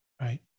right